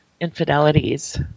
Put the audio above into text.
infidelities